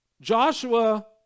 Joshua